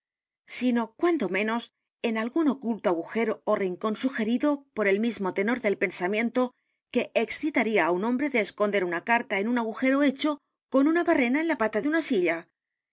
sinoy cuando menos en algún oculto agujero ó rincón sugerido por el mismo tenor del pensamiento que excitaría á un hombre á esconder una carta en un agujero hechor con una barrena en la pata de una silla